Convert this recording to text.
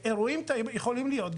אירועים יכולים להיות תמיד ובכל מקום.